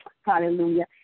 Hallelujah